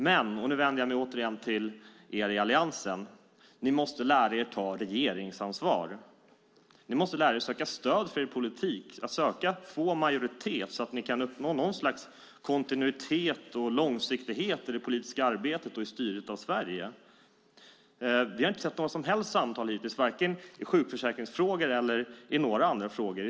Men nu vänder jag mig återigen till er i Alliansen: Ni måste lära er att ta regeringsansvar! Ni måste lära er att söka stöd för er politik, söka få majoritet, så att ni kan uppnå något slags kontinuitet och långsiktighet i det politiska arbetet och i styret av Sverige! Vi har hittills inte sett några som helst samtal i vare sig sjukförsäkringsfrågan eller några andra frågor.